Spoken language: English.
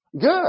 Good